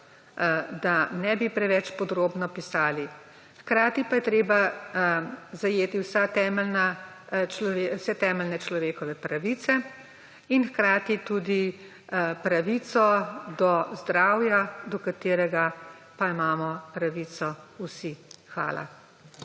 da ne bi preveč podrobno pisali. Hkrati pa je treba zajeti vse temeljne človekove pravice in hkrati tudi pravico do zdravja, do katerega pa imamo pravico vsi. Hvala.